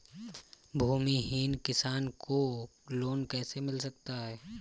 भूमिहीन किसान को लोन कैसे मिल सकता है?